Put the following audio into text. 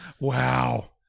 Wow